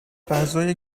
غذای